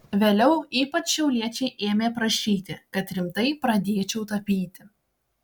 vėliau ypač šiauliečiai ėmė prašyti kad rimtai pradėčiau tapyti